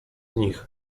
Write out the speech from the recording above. nich